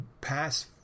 past